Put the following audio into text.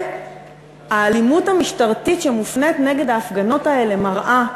והאלימות המשטרתית שמופנית נגד ההפגנות האלה מראה,